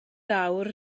awr